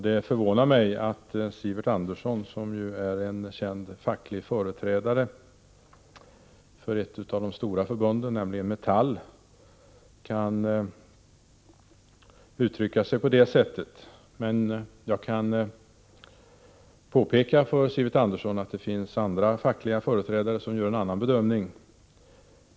Det förvånar mig att Sivert Andersson, som ju är en känd facklig företrädare för ett av de stora förbunden, nämligen Metall, kan uttrycka sig på det sättet. Men jag kan påpeka för Sivert Andersson att det finns andra fackliga företrädare som gör en annan bedömning.